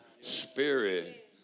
spirit